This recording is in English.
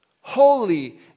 Holy